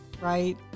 Right